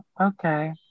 Okay